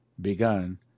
begun